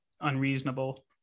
unreasonable